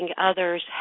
others